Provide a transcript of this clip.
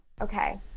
Okay